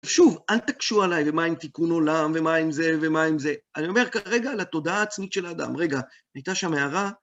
שוב, אל תקשו עליי, ומה עם תיקון עולם, ומה עם זה, ומה עם זה. אני אומר ככה, רגע, על התודעה העצמית של האדם. רגע, הייתה שם הארה?